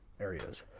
areas